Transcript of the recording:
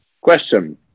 Question